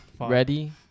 Ready